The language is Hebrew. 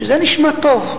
זה נשמע טוב,